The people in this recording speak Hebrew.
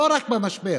לא רק במשבר.